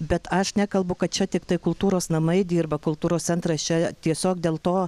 bet aš nekalbu kad čia tiktai kultūros namai dirba kultūros centras čia tiesiog dėl to